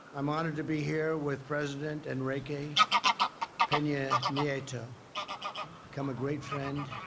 i'm honored to be here with president enrique pena nieto become a great friend